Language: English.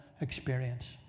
experience